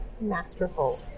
masterful